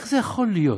איך זה יכול להיות?